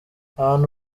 abantu